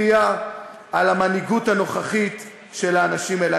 הם היו קורעים קריעה על המנהיגות הנוכחית של האנשים האלה.